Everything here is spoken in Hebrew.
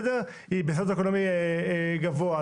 היא בסוציו-אקונומי גבוה.